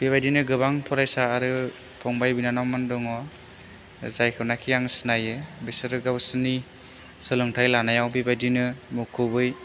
बेबायदिनो गोबां फरायसा आरो फंबाय बिनानावमोन दङ जायखौनाखि आं सिनायो बिसोरो गावसोरनि सोलोंथाइ लानायाव बेबायदिनो मुखुबै